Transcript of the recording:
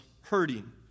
hurting